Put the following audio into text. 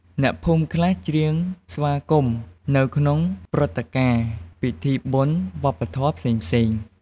អ្នកភូមិខ្លះច្រៀងស្វាគមន៍ នៅក្នុងព្រឹត្តិការណ៍ពិធីបុណ្យវប្បធម៌ផ្សេងៗ។